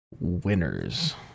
Winners